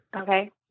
Okay